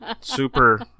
super